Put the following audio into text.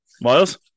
Miles